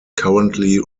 currently